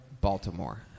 Baltimore